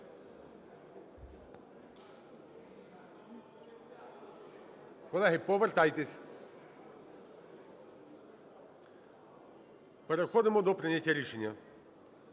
Колеги, повертайтесь. Переходимо до прийняття рішення.